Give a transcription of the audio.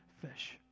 fish